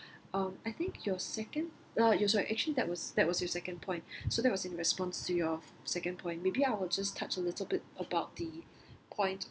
um I think your second uh sorry actually that was that was your second point so that was in response to your second point maybe I will just touch a little bit about the point